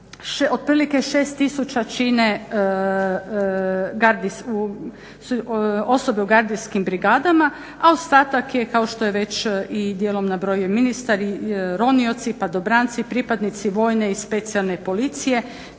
otprilike 6 000 čine osobe u gardijskim brigadama, a ostatak je kao što je već i dijelom nabrojio ministar ronioci, padobranci, pripadnici vojne i specijalne policije,